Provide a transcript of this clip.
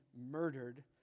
murdered